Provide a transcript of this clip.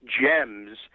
gems